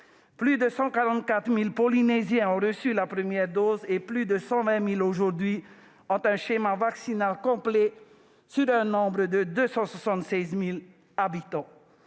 Plus de 144 000 Polynésiens ont reçu la première dose et plus de 120 000 ont un schéma vaccinal complet, sur un nombre total de 276 000 habitants.